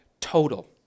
total